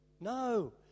No